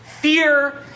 fear